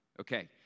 Okay